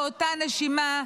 באותה נשימה,